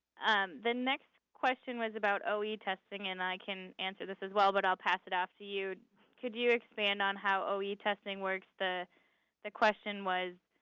the next question was about o e. testing and i can answer this as well but i'll pass it off to you could you expand on how o e. testing works? the the question was,